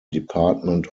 department